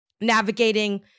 navigating